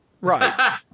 Right